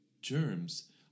germs